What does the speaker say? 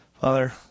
Father